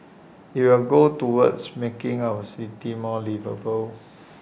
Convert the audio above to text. IT will go towards making our city more liveable